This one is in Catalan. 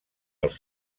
els